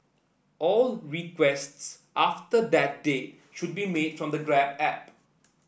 all requests after that date should be made from the Grab app